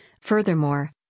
Furthermore